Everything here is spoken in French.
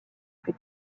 plus